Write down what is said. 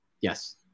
Yes